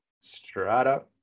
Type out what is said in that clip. Strata